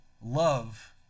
love